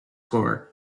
corps